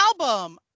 album